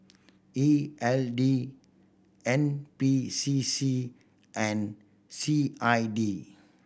E L D N P C C and C I D